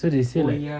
so they say like